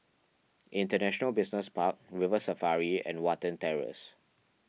International Business Park River Safari and Watten Terrace